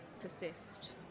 persist